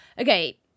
Okay